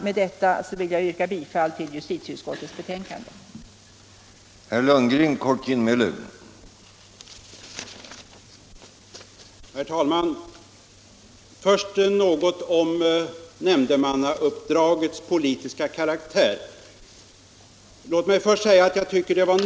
Med detta vill jag yrka bifall till vad justitieutskottet hemställt i sitt betänkande.